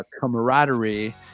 camaraderie